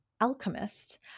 alchemist